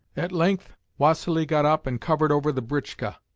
at length, vassili got up and covered over the britchka,